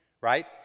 Right